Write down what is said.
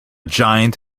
giant